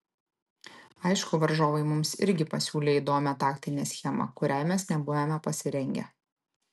aišku varžovai mums irgi pasiūlė įdomią taktinę schemą kuriai mes nebuvome pasirengę